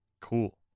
Cool